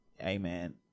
Amen